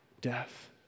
Death